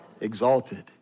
Exalted